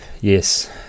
yes